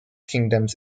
kingdoms